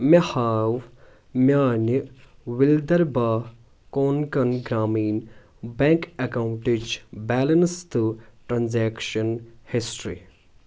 مےٚ ہاو میانہِ وِلدھربھا کونکَن گرٛامیٖن بیٚنٛک اکیٚونٹٕچ بیلنس تہٕ ٹرانزیکشن ہسٹری